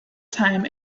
time